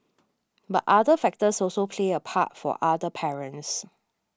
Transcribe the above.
but other factors also played a part for other parents